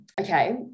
Okay